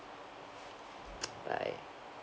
bye